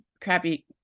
crappy